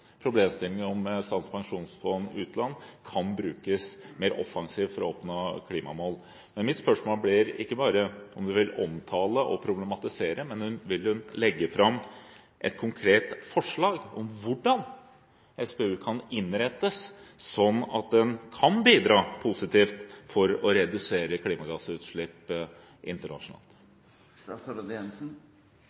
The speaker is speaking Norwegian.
om Statens pensjonsfond utland kan brukes mer offensivt for å oppnå klimamål. Mitt spørsmål blir om hun ikke bare vil omtale og problematisere, men om hun vil legge fram et konkret forslag til hvordan SPU kan innrettes, sånn at en kan bidra positivt for å redusere